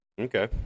Okay